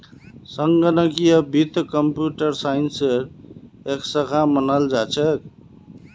संगणकीय वित्त कम्प्यूटर साइंसेर एक शाखा मानाल जा छेक